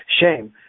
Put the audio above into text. shame